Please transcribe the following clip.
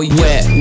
wet